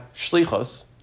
Shlichos